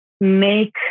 make